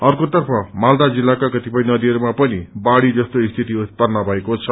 अकोतर्फ मालदा जिल्लाका कतिपय नदीहरूमा पनि बाढ़ी जस्तो स्थिति उत्पत्र भएको छ